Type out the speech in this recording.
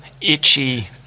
itchy